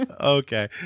Okay